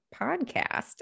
podcast